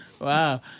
Wow